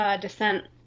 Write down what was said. descent